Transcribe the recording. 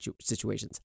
situations